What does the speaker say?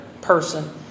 person